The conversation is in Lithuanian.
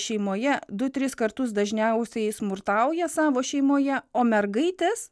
šeimoje du tris kartus dažniausiai smurtauja savo šeimoje o mergaitės